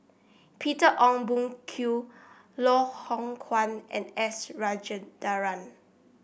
Peter Ong Boon Kwee Loh Hoong Kwan and S Rajendran